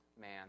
man